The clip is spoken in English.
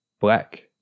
black